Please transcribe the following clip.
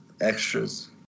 extras